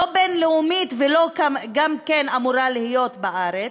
לא בין-לאומית וגם לא שאמורה להיות בארץ,